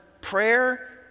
prayer